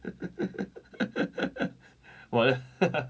what